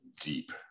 deep